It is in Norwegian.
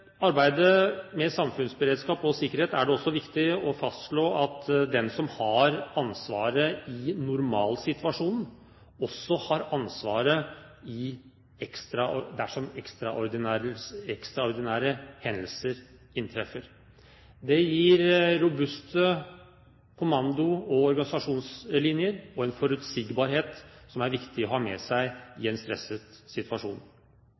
arbeidet med samfunnsberedskap og sikkerhet er det også viktig å fastslå at den som har ansvaret i normalsituasjonen, også har ansvaret dersom ekstraordinære hendelser inntreffer. Det gir robuste kommando- og organisasjonslinjer og en forutsigbarhet som er viktig å ha med seg i en stresset situasjon.